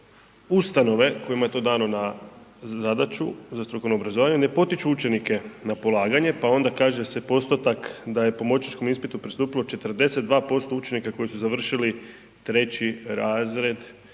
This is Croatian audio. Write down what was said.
ustanove kojima je to dano na zadaću za strukovno obrazovanje ne potiču učenike na polaganje pa onda kaže se postotak da je pomoćničkom ispitu pristupilo 42% učenika koji su završili 3. razred